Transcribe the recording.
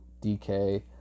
DK